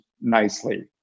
nicely